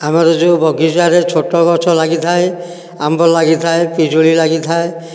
ଆମର ଏହି ଯେଉଁ ବଗିଚାରେ ଛୋଟ ଗଛ ଲାଗିଥାଏ ଆମ୍ବ ଲାଗିଥାଏ ପିଜୁଳି ଲାଗିଥାଏ